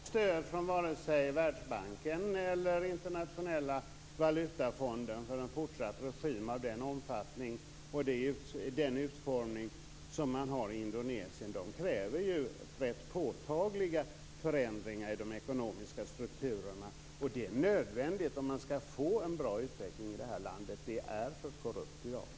Fru talman! Det finns inget stöd från vare sig Världsbanken eller Internationella valutafonden för en fortsatt regim av den utformning som man har i Indonesien. De kräver ju rätt påtagliga förändringar i de ekonomiska strukturerna. Det är nödvändigt om man skall få en bra utveckling i det här landet. Det är för korrupt i dag.